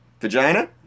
Vagina